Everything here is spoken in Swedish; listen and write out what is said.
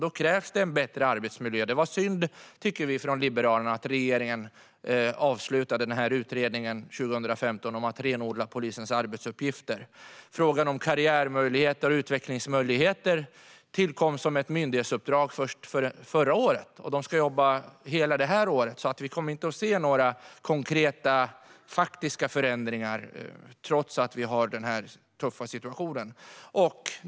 Då krävs en bättre arbetsmiljö. Vi i Liberalerna tycker att det var synd att regeringen 2015 avslutade utredningen om att renodla polisens arbetsuppgifter. Frågan om karriärmöjligheter och utvecklingsmöjligheter tillkom som myndighetsuppdrag först förra året. Man ska jobba hela detta år, så vi kommer inte att se några konkreta, faktiska förändringar, trots att vi har denna tuffa situation.